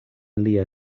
lia